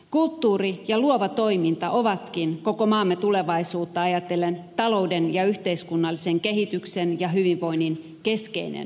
kulttuuri ja luova toiminta ovatkin koko maamme tulevaisuutta ajatellen talouden ja yhteiskunnallisen kehityksen ja hyvinvoinnin keskeinen voima